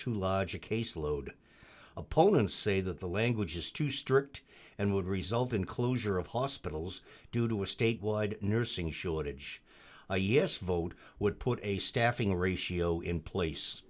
to lodge a caseload opponents say that the language is too strict and would result in closure of hospitals due to a statewide nursing shortage a yes vote would put a staffing ratio in place